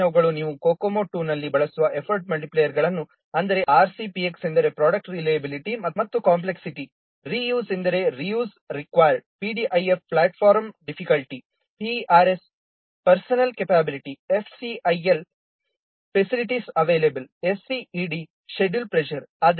ಕೆಳಗಿನವುಗಳು ನೀವು COCOMO II ನಲ್ಲಿ ಬಳಸುವ ಎಫರ್ಟ್ ಮಲ್ಟಿಪ್ಲೈಯರ್ಗಳನ್ನು ಅಂದರೆ RCPX ಎಂದರೆ ಪ್ರೊಡ್ಯಾಕ್ಟ್ ರಿಲಯಬಿಲಿಟಿ ಮತ್ತು ಕಾಂಪ್ಲೆಕ್ಸಿಟಿ RUSE ಎಂದರೆ reuse required PDIF platform difficulty PERS personnel capability FCIL facilities available SCED schedule pressure